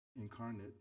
incarnate